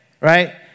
right